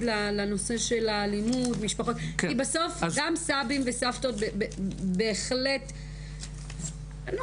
בנושא האלימות במשפחה כי בסוף גם הסבים והסבתות אני לא